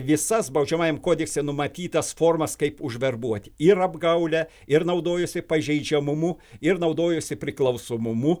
visas baudžiamajame kodekse numatytas formas kaip užverbuoti ir apgaulę ir naudojosi pažeidžiamumu ir naudojosi priklausomumu